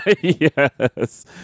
Yes